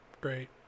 Great